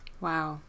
Wow